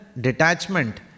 detachment